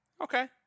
Okay